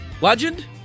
Legend